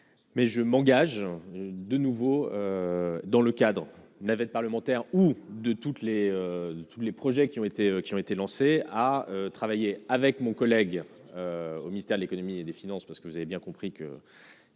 Mais je m'engage de nouveau dans le cadre navette parlementaire ou de toutes les tous les projets qui ont été qui ont été lancées à travailler avec mon collègue au ministère de l'Économie et des Finances. Parce que vous avez bien compris qu'une